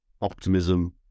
optimism